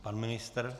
Pan ministr?